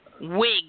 wig